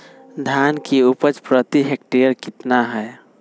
धान की उपज प्रति हेक्टेयर कितना है?